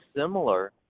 similar